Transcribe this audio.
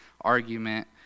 argument